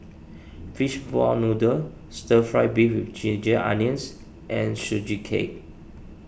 Fishball Noodle Stir Fried Beef with Ginger Onions and Sugee Cake